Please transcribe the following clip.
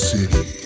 City